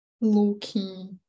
low-key